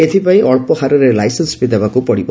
ଏଥିପାଇଁ ଅଳ୍ପ ହାରର ଲାଇସେନ୍ସ ଫି' ଦେବାକୁ ପଡ଼ିବ